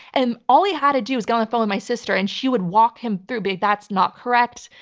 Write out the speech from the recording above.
and all he had to do was get on the phone with my sister and she would walk him through, but that's not correct.